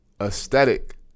aesthetic